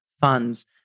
funds